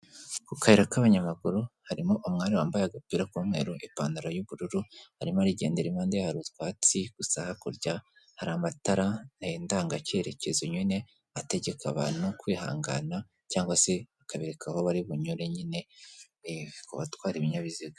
Ku kayira k'abanyamaguru harimo umwari wambaye agapira k'umweru n'ipantaro y'ubururu, arimo arigendera, impande ye hari utwatsi gusa hakurya hari amatara ndanga cyeyerekezo, nyine ategeka abantu kwihangana cyangwa se akabereka aho bari bunyure nyine kutwara ibinyabiziga.